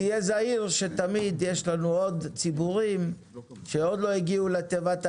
תהיה זהיר כי תמיד יש לנו ציבורים שעוד לא הגיעו לתיבת האימייל.